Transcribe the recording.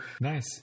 Nice